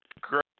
Great